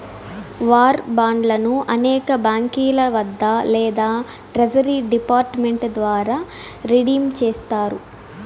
war బాండ్లను అనేక బాంకీల వద్ద లేదా ట్రెజరీ డిపార్ట్ మెంట్ ద్వారా రిడీమ్ చేస్తారు